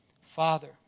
Father